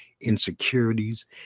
insecurities